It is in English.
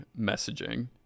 messaging